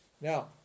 now